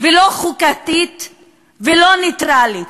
ולא חוקתית, ולא נייטרלית.